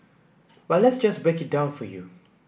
but let's just break it down for you